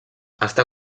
està